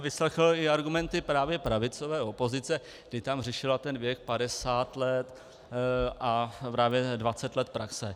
Vyslechl jsem i argumenty právě pravicové opozice, kdy tam řešila věk 50 let a právě 20 let praxe.